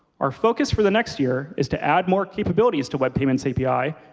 our focus for the next year is to add more capabilities to web payments api,